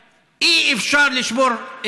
אפשר לשבור לנו את